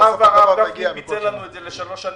מאחר והרב גפני פיצל לנו את זה לשלוש שנים,